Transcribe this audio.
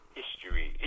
history